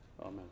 Amen